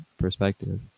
perspective